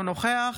אינו נוכח